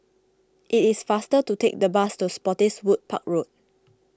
it is faster to take the bus to Spottiswoode Park Road